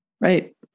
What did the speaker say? Right